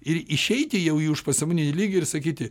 ir išeiti jau į už pasąmoninį lygį ir sakyti